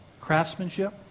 craftsmanship